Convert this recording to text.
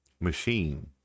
machine